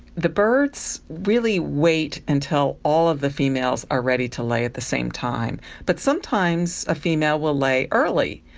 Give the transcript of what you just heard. the birds really wait until all of the females are ready to lay at the same time, but sometimes a female will lay early,